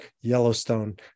Yellowstone